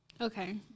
Okay